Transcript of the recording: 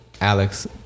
alex